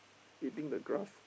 eating the grass